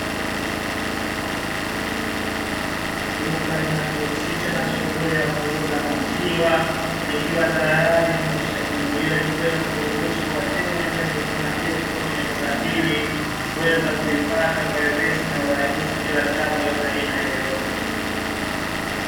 Duka linalojihusisha na shughuli ya kuuza maziwa likiwa tayari, limekwisha kufunguliwa kuruhusu wateja wanaohitaji huduma hiyo kutoka kwenye duka, ili kuweza kuipata kwa wepesi na urahisi bila tabu ya aina yoyote.